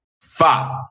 Fuck